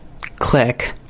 click